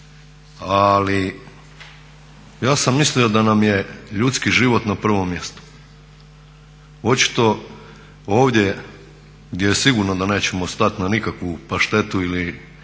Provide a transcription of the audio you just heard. Ali ja sam mislio da nam je ljudski život na prvom mjestu. Očito ovdje gdje je sigurno da nećemo stati na nikakvu paštetu ili